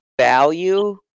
value